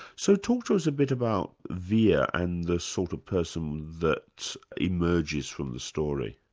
so talk to us a bit about vere and the sort of person that emerges from the story.